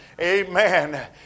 Amen